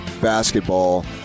basketball